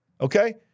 okay